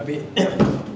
abeh